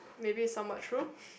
maybe is somewhat true